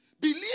Believe